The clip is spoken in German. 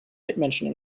mitmenschen